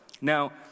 Now